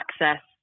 access